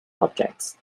objects